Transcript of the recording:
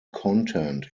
content